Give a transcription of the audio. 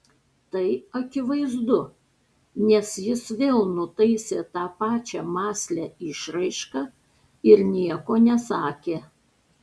tai akivaizdu nes jis vėl nutaisė tą pačią mąslią išraišką ir nieko nesakė